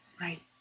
Right